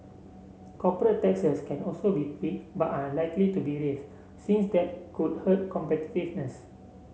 corporate taxes can also be tweaked but are unlikely to be raised since that could hurt competitiveness